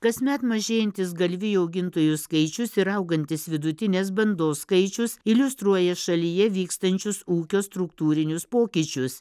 kasmet mažėjantis galvijų augintojų skaičius ir augantis vidutinės bandos skaičius iliustruoja šalyje vykstančius ūkio struktūrinius pokyčius